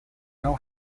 now